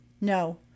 No